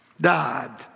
died